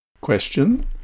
Question